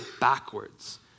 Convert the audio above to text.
backwards